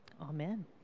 Amen